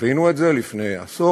חווינו את זה לפני עשור,